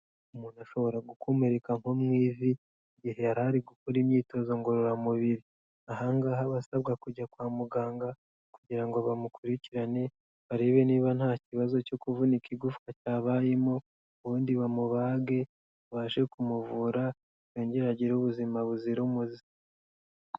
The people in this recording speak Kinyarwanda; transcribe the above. Umuntu ashobora gukomereka nko mu ivi igihe yari ari gukora imyitozo ngororamubiri, aha ngaha aba asabwa kujya kwa muganga kugira ngo bamukurikirane barebe niba nta kibazo cyo kuvunika igufawa cyabayemo, ubundi bamubage babashe kumuvura yongere agire ubuzima buzira umuze.